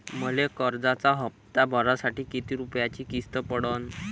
मले कर्जाचा हप्ता भरासाठी किती रूपयाची किस्त पडन?